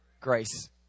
grace